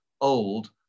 Old